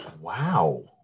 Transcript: wow